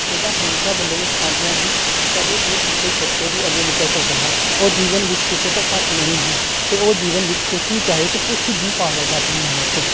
ਖੇਡਾਂ ਹਮੇਸ਼ਾ ਬੰਦੇ ਨੂੰ ਸਿਖਾਉਂਦੀਆਂ ਹਨ ਕਿ ਕਦੇ ਵੀ ਉਹ ਪਿੱਛੇ ਛੁੱਟ ਕੇ ਵੀ ਅੱਗੇ ਨਿਕਲ ਸਕਦਾ ਹੈ ਔਰ ਜੀਵਨ ਵਿੱਚ ਕਿਸੇ ਤੋਂ ਘੱਟ ਨਹੀਂ ਹੈ ਅਤੇ ਉਹ ਜੀਵਨ ਵਿੱਚ ਕੁਛ ਵੀ ਚਾਹੇ ਤਾਂ ਕੁਛ ਵੀ ਪਾ ਸਕਦਾ ਆਪਣੀ ਮਿਹਨਤ ਤੋਂ